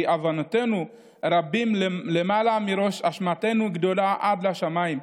כי עו‍ֹנֹתינו רבו למעלה ראש ואשמתנו גדלה עד לשמים.